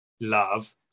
love